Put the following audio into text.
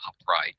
upright